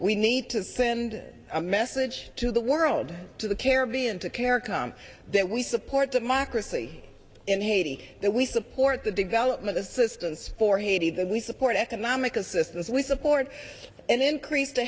we need to send a message to the world to the caribbean to caricature and that we support democracy in haiti that we support the development assistance for haiti that we support economic assistance we support and increase to